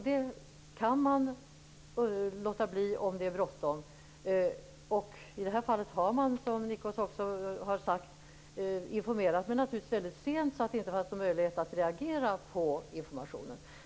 Det kan man låta bli om det är bråttom. I det här fallet har man, som Nikos Papadopoulos också har sagt, informerat, men naturligtvis mycket sent, så att det inte fanns någon möjlighet att reagera på informationen.